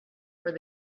where